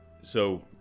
so-